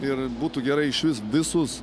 ir būtų gerai išvis visus